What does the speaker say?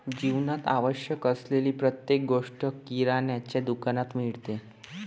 जीवनात आवश्यक असलेली प्रत्येक गोष्ट किराण्याच्या दुकानात मिळते